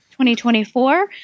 2024